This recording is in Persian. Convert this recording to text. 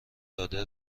داده